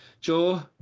Joe